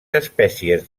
espècies